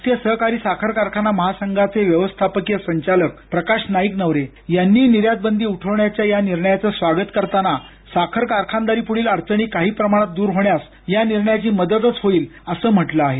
राष्ट्रीय सहकारी साखर कारखाना महासंघाचे व्यवस्थापकीय संचालक प्रकाश नाईकनवरे यांनीही निर्यात बंदी उठवण्याच्या या निर्णयाचं स्वागत करताना साखर कारखानदारीपुढील अडचणी काही प्रमाणात दूर होण्यास या निर्णयाची मदतच होईल असं म्हटलं आहे